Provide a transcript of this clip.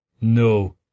No